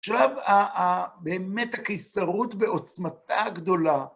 עכשיו, באמת הקיסרות בעוצמתה הגדולה.